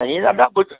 नहीं दादा कुछ